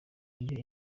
iyo